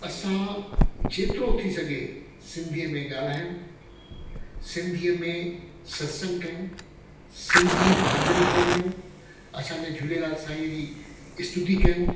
असां जेतिरो थी सघे सिंधीअ में ॻाल्हायूं सिंधीअ में सत्संग कयूं सिंधी मंदरनि में वञूं असांजे झूलेलाल साईंअ जी स्तूति कयूं